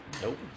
Nope